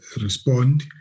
respond